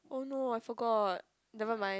oh no I forgot nevermind